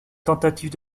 tentative